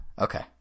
Okay